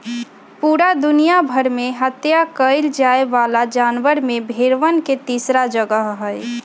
पूरा दुनिया भर में हत्या कइल जाये वाला जानवर में भेंड़वन के तीसरा जगह हई